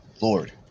Lord